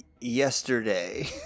yesterday